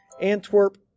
Antwerp